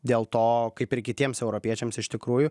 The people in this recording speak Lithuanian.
dėl to kaip ir kitiems europiečiams iš tikrųjų